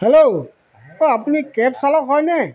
hello অঁ আপুনি cab চালক হয়নে